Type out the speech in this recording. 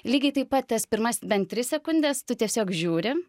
lygiai taip pat tas pirmas bent tris sekundes tu tiesiog žiūri